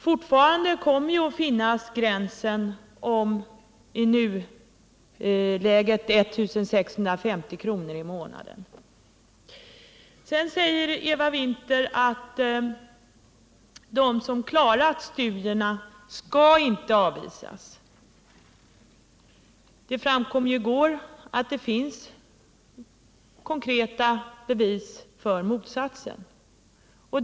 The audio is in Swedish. Fortfarande kommer det att krävas ett garantibelopp, vilket i nuläget är I 650 kr. i månaden. Sedan säger Eva Winther att de som klarat studierna inte skall avvisas. Det framkom i går att det finns konkreta bevis på motsatsen.